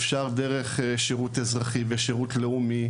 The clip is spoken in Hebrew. אפשר דרך שירות לאומי,